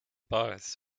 bars